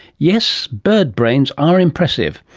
yes, bird brains are impressive,